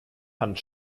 hand